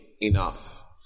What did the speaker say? enough